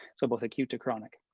so both acute to chronic.